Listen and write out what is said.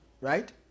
right